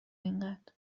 اینقدر